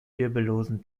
wirbellosen